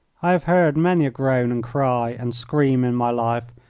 i have heard many a groan and cry and scream in my life,